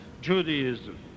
Judaism